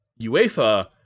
UEFA